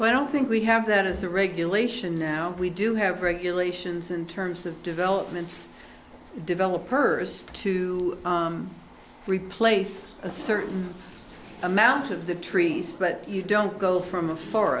why i don't think we have that as a regulation now we do have regulations in terms of developments develop purpose to replace a certain amount of the trees but you don't go from a for